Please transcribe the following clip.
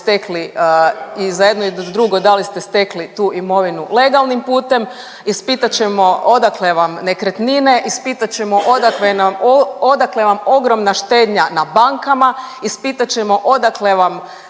da li ste stekli tu imovinu legalnim putem. Ispitat ćemo odakle vam nekretnine, ispitat ćemo odakle vam ogromna štednja na bankama, ispitat ćemo odakle vam